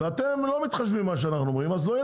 ואתם לא מתחשבים במה שאנחנו אומרים אז לא יהיה